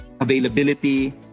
availability